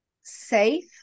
safe